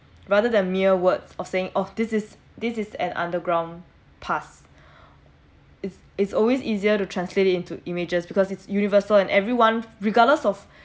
rather than mere words of saying of this is this is an underground pass it's it's always easier to translate it into images because it's universal and everyone regardless of